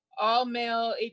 all-male